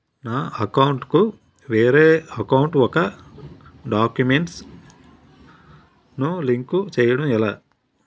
నా అకౌంట్ కు వేరే అకౌంట్ ఒక గడాక్యుమెంట్స్ ను లింక్ చేయడం ఎలా?